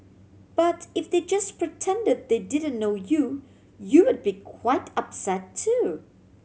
but if they just pretended they didn't know you you'd be quite upset too